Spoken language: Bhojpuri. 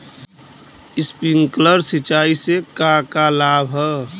स्प्रिंकलर सिंचाई से का का लाभ ह?